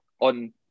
on